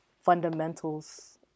fundamentals